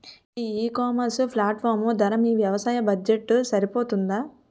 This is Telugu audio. ఈ ఇకామర్స్ ప్లాట్ఫారమ్ ధర మీ వ్యవసాయ బడ్జెట్ సరిపోతుందా?